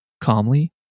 calmly